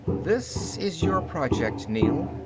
this is your project neel,